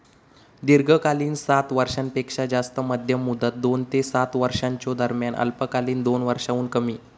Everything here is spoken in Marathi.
दीर्घकालीन सात वर्षांपेक्षो जास्त, मध्यम मुदत दोन ते सात वर्षांच्यो दरम्यान, अल्पकालीन दोन वर्षांहुन कमी